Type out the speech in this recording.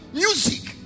music